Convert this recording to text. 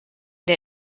der